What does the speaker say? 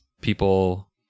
people